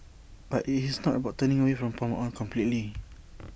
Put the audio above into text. but IT is not about turning away from palm oil completely